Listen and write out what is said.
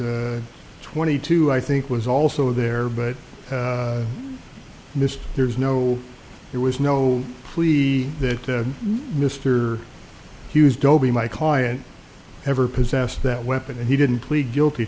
twenty two i think was also there but missed there's no there was no plea that mr hughes dhobi my client ever possessed that weapon and he didn't plead guilty